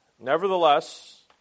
Nevertheless